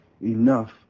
enough